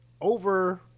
Over